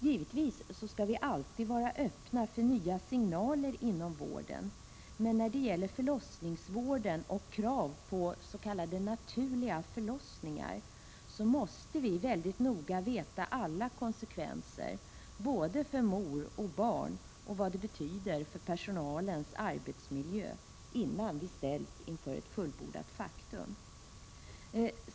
Givetvis skall vi alltid vara öppna för nya signaler inom vården, men när det gäller förlossningsvården och kravet på s.k. naturliga förlossningar måste vi mycket noga veta alla konsekvenser, både för mor och för barn, och vad det betyder för personalens arbetsmiljö innan vi ställs inför fullbordat faktum.